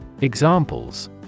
Examples